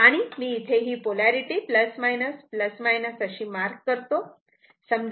आणि मी इथे पोलारिटी अशी मार्क करतो